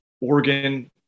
Oregon